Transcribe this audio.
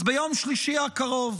אז ביום שלישי הקרוב